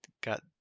got